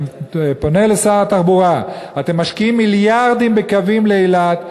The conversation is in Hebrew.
אני פונה לשר התחבורה: אתם משקיעים מיליארדים בקווים לאילת,